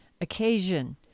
occasion